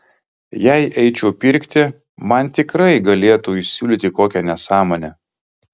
jei eičiau pirkti man tikrai galėtų įsiūlyti kokią nesąmonę